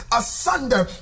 asunder